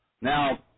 Now